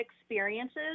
experiences